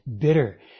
bitter